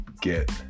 get